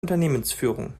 unternehmensführung